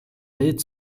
bild